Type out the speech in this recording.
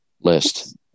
list